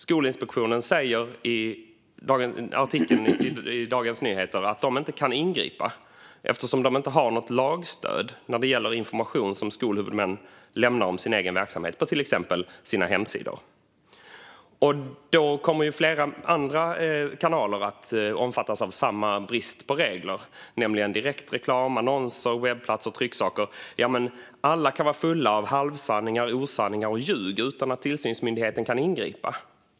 Skolinspektionen säger i artikeln i Dagens Nyheter att man inte kan ingripa eftersom man inte har något lagstöd när det gäller information som skolhuvudmän lämnar om sin egen verksamhet på till exempel hemsidor. Då kommer ju flera andra kanaler att omfattas av samma brist på regler, nämligen direktreklam, annonser, webbplatser och trycksaker. Alla kan vara fulla av halvsanningar och osanningar och ljug utan att tillsynsmyndigheten kan ingripa.